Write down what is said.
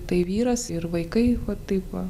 tai vyras ir vaikai va taip va